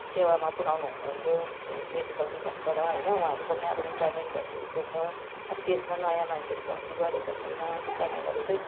सेवामा पुर्याउनु हुनुहुन्थ्यो मेडिकल डिपार्टबाट होइन उहाँहरूको पनि अब रिटायरमेन्ट भइसकेको छ अब त्यसमा नयाँ मान्छेहरू भर्ती गरेको छैन अन्त त्यो कारणले गर्दा चाहिँ